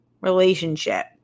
relationship